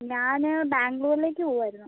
ഞാൻ ബാംഗ്ലൂരിലേക്ക് പോവുകയായിരുന്നു